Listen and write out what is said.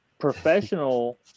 professional